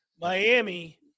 Miami